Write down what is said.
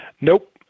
Nope